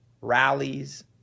rallies